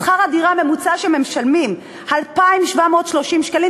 שכר הדירה הממוצע שהם משלמים, 2,730 שקלים.